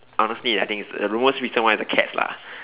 honestly I think it's uh the most recent one is the cats lah